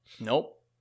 Nope